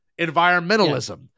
environmentalism